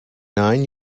nine